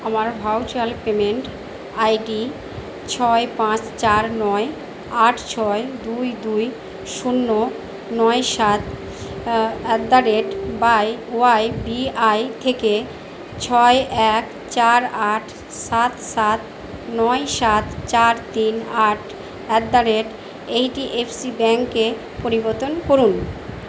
আমার voucher payment ID ছয় পাঁচ চার নয় আট ছয় দুই দুই শূন্য নয় সাত অ্যাটদারেট বাই ওয়াইভিআই থেকে ছয় এক চার আট সাত সাত নয় সাত চার তিন আট অ্যাটদারেট এইচডিএফসি ব্যাঙ্কে পরিবর্তন করুন